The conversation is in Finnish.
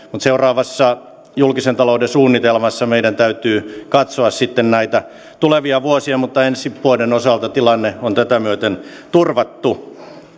seuraavassa julkisen talouden suunnitelmassa meidän täytyy sitten katsoa tulevia vuosia mutta ensi vuoden osalta tilanne on tätä myöten turvattu